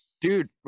Dude